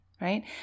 right